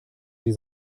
sie